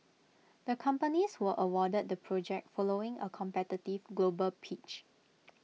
the companies were awarded the project following A competitive global pitch